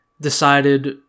decided